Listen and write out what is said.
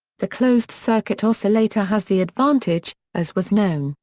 the closed circuit oscillator has the advantage, as was known,